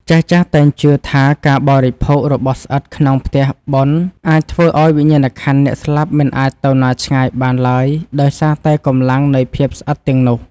ចាស់ៗតែងជឿថាការបរិភោគរបស់ស្អិតក្នុងផ្ទះបុណ្យអាចធ្វើឱ្យវិញ្ញាណក្ខន្ធអ្នកស្លាប់មិនអាចទៅណាឆ្ងាយបានឡើយដោយសារតែកម្លាំងនៃភាពស្អិតទាំងនោះ។